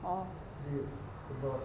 oh